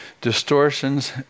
distortions